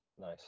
Nice